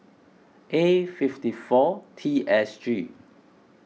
A fifty four T S G